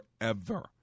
forever